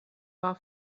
war